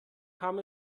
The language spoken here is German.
kam